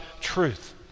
truth